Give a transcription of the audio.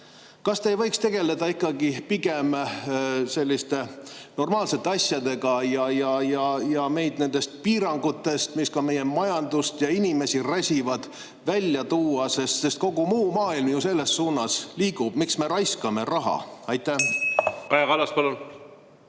Kas te ei võiks tegeleda ikkagi pigem selliste normaalsete asjadega ja meid nendest piirangutest, mis meie majandust ja inimesi räsivad, välja tuua? Kogu muu maailm ju selles suunas liigub. Miks me raiskame raha? Kaja